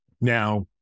Now